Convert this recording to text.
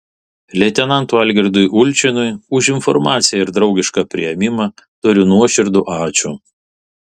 leitenantui algirdui ulčinui už informaciją ir draugišką priėmimą tariu nuoširdų ačiū